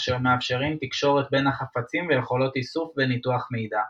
אשר מאפשרים תקשורת בין החפצים ויכולות איסוף וניתוח מידע.